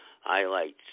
highlights